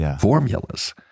formulas